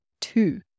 Two